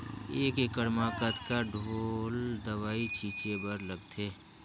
एक एकड़ म कतका ढोल दवई छीचे बर लगथे?